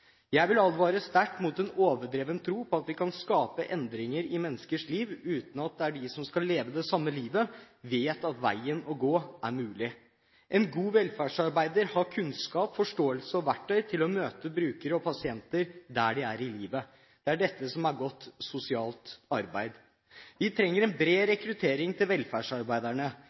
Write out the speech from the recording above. Jeg vil advare sterkt mot en overdreven tro på at vi kan skape endringer i menneskers liv uten at de som skal leve det samme livet, vet at veien å gå er mulig. En god velferdsarbeider har kunnskap, forståelse og verktøy til å møte brukere og pasienter der de er i livet. Det er dette som er godt sosialt arbeid. Vi trenger en bred rekruttering til velferdsarbeiderne.